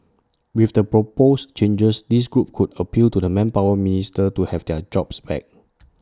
with the proposed changes this group could appeal to the manpower minister to have their jobs back